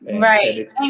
Right